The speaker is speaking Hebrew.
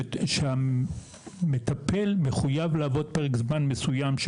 שבתוך ההסכמים כתוב שהמטפל מחויב לעבוד פרק זמן מסוים.